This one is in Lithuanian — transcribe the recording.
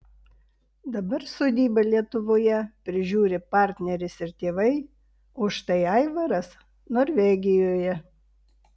dabar sodybą lietuvoje prižiūri partneris ir tėvai o štai aivaras norvegijoje